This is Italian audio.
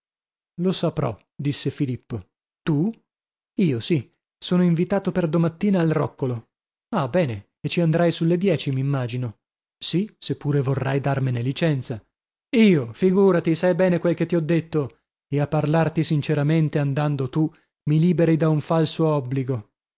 lo saprò disse filippo tu io sì sono invitato per domattina al roccolo ah bene e ci andrai sulle dieci m'immagino sì se pure vorrai darmene licenza io figurati sai bene quel che ti ho detto e a parlarti sinceramente andando tu mi liberi da un falso obbligo